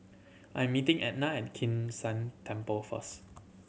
I'm meeting Etna at Kim San Temple first